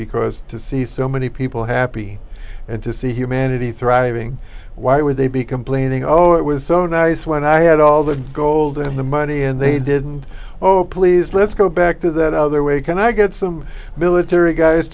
because to see so many people happy and to see humanity thriving why would they be complaining oh it was so nice when i had all the gold and the money and they did and hopefully this let's go back to that other way can i get some military guys